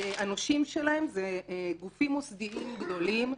הנושים שלהם זה גופים מוסדיים גדולים,